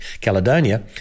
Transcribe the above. Caledonia